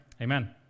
Amen